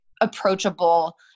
approachable